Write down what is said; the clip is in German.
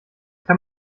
kann